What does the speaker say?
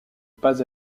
pas